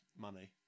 money